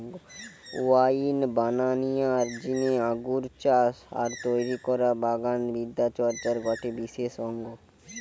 wine বানানিয়ার জিনে আঙ্গুর চাষ আর তৈরি করা বাগান বিদ্যা চর্চার গটে বিশেষ অঙ্গ